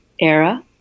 era